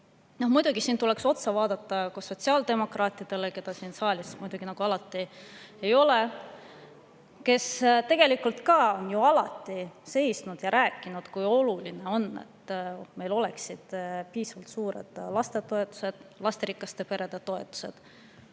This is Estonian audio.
Muidugi tuleks otsa vaadata ka sotsiaaldemokraatidele, keda siin saalis nagu alati ei ole, aga kes tegelikult on ju alati seisnud [selle eest] ja rääkinud, kui oluline on, et meil oleksid piisavalt suured lastetoetused ja lasterikaste perede toetused.